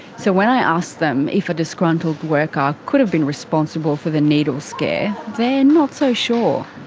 so when i ask them if a disgruntled worker could have been responsible for the needles scare, they're not so sure.